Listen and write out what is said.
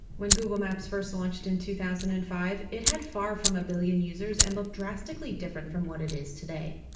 when google maps first launched in two thousand and five, it had far from a billion users and looked drastically different from what it is today.